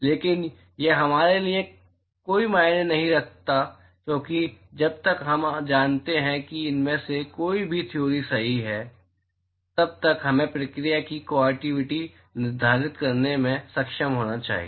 लेकिन यह हमारे लिए कोई मायने नहीं रखता क्योंकि जब तक हम जानते हैं कि इनमें से कोई भी थियोरी सही है तब तक हमें प्रक्रिया की कवॉंटिटी निर्धारित करने में सक्षम होना चाहिए